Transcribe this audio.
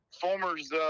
Former's